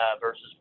versus